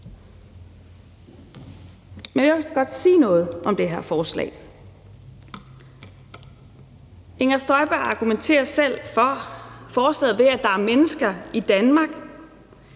Jeg vil godt sige noget om det her forslag. Inger Støjberg argumenterer selv for forslaget med, at der er mennesker i Danmark,